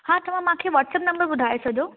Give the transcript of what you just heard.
हा तव्हां मूंखे व्हाट्सप नंबर ॿुधाए छडिॼो